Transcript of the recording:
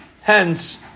hence